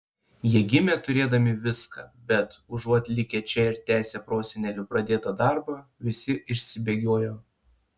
jie gimė turėdami viską bet užuot likę čia ir tęsę prosenelių pradėtą darbą visi išsibėgiojo